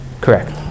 Correct